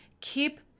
keep